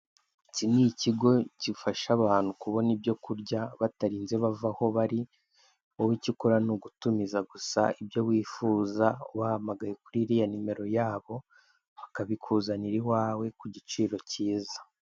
Iki ni ikigo gifasha abantu kubona ibyo kurya batarinze bava aho bari, wowe icyo ukora n'ugutumiza gusa ibyo wifuza wahamagaye kuri iriya nimero yabo; bakabikuzanira iwawe ku giciro cyiza.